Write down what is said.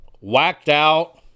whacked-out